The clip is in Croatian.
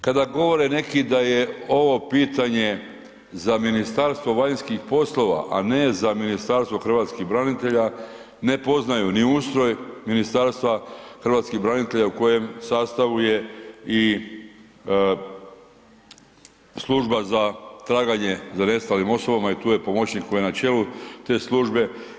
Kada govore neki da je ovo pitanje za Ministarstvo vanjskih poslova a ne za Ministarstvo hrvatskih branitelja, ne poznaju ni ustroj Ministarstva hrvatskih branitelja, u kojem sastavu je i služba za traganje za nestalim osobama i tu je pomoćnik koji je na čelu te službe.